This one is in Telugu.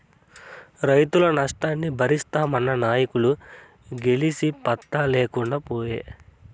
రైతుల నష్టాన్ని బరిస్తామన్న నాయకులు గెలిసి పత్తా లేకుండా పాయే